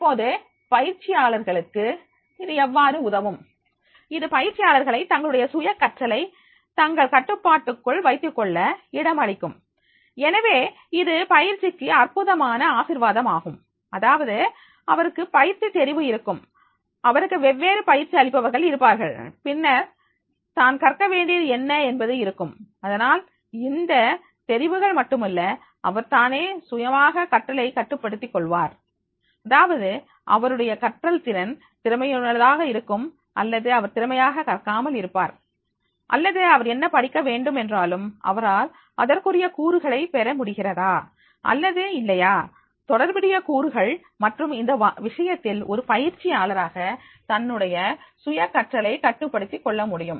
இப்போது பயிற்சியாளர்களுக்கு இது எவ்வாறு உதவும் இது பயிற்சியாளர்களை தங்களுடைய சுய கற்றலை தங்கள் கட்டுப்பாட்டுக்குள் வைத்துக்கொள்ள இடம் அளிக்கும் அளிக்கும் எனவே இது பயிற்சிக்கு அற்புதமான ஆசீர்வாதம் ஆகும் அதாவது அவருக்கு தெரிவு இருக்கும் அவருக்கு வெவ்வேறு பயிற்சி அளிப்பவர்கள் இருப்பார்கள் பின்னர் தான் கற்க வேண்டியது என்ன என்பது இருக்கும் அதனால் இந்த தெரிவுகள் மட்டுமல்ல அவர் தானே சுயமாக சுய கற்றலை கட்டுப்படுத்திக் கொள்வார் அதாவது அவருடைய கற்றல்திறன் திறமையானதாக இருக்கும் அல்லது அவர் திறமையாக கற்காமல் இருப்பார் அல்லது அவர் என்ன படிக்க வேண்டும் என்றாலும் அவரால் அதற்குரிய கூறுகளை பெற முடிகிறதா அல்லது இல்லையா தொடர்புள்ள கூறுகள் மற்றும் இந்த விஷயத்தில் ஒரு பயிற்சியாளராக தன்னுடைய சுய கற்றலை கட்டுப்படுத்திக் கொள்ள முடியும்